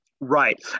Right